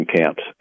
camps